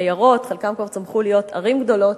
עיירות, חלקן כבר צמחו להיות ערים גדולות,